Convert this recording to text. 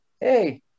hey